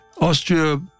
Austria